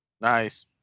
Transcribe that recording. Nice